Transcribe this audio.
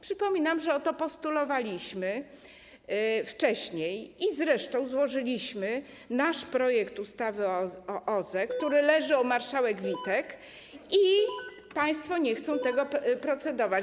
Przypominam, że o to postulowaliśmy wcześniej, zresztą złożyliśmy nasz projekt ustawy o OZE, który leży u marszałek Witek, i państwo nie chcą tego procedować.